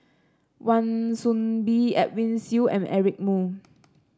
Wan Soon Bee Edwin Siew and Eric Moo